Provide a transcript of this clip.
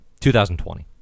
2020